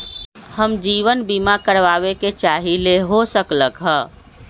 हम जीवन बीमा कारवाबे के चाहईले, हो सकलक ह?